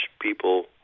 people